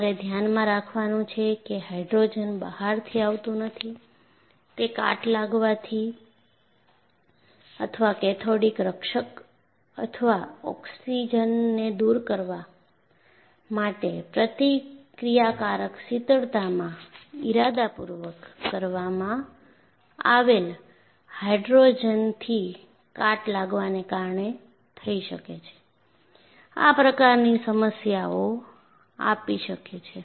તમારે ધ્યાનમાં રાખવાનું છે કે હાઇડ્રોજન બહારથી આવતું નથી તે કાટ લાગવાથી અથવા કેથોડિક રક્ષક અથવા ઓક્સિજનને દૂર કરવા માટે પ્રતિક્રિયાકારક શીતળતામાં ઇરાદાપૂર્વક ઉમેરવામાં આવેલ હાઇડ્રોજનથી કાટ લાગવાને કારણે થઈ શકે છે આ પ્રકારની સમસ્યાઓ આપી શકે છે